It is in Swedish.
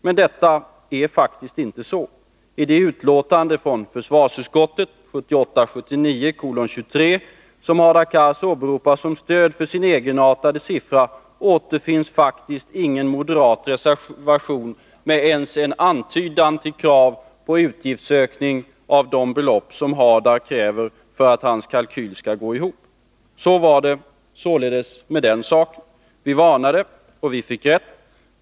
Men detta är faktiskt inte sant. I det betänkande från försvarsutskottet, 1978/79:23, som Hadar Cars åberopar som stöd för sin egenartade siffra återfinns faktiskt ingen moderat reservation med ens en antydan till krav på en utgiftsökning med de belopp som krävs för att Hadar Cars kalkyl skall stämma. Så var det således med den saken. Vi varnade, och vi fick rätt.